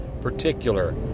particular